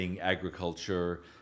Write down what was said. agriculture